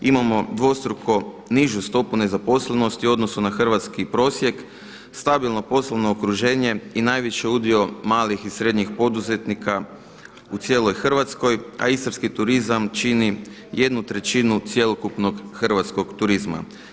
Imamo dvostruko nižu stopu nezaposlenosti u odnosu na hrvatski prosjek, stabilno poslovno okruženje i najviše udio malih i srednjih poduzetnika u cijeloj Hrvatskoj, a istarski turizam čini 1/3 cjelokupnog hrvatskog turizma.